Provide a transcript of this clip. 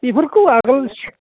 बेफोरखौ आगोल